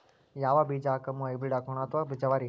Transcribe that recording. ಯಾವ ಬೀಜ ಹಾಕುಮ, ಹೈಬ್ರಿಡ್ ಹಾಕೋಣ ಅಥವಾ ಜವಾರಿ?